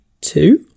two